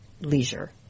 leisure